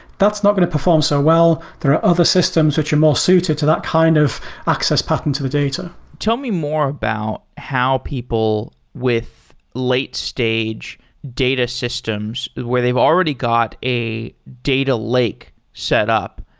that's not going to perform so well. there are other systems which are more suited to that kind of access pattern to the data tell me more about how people with late stage data systems where they've already got a data lake set up.